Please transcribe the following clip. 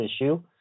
issue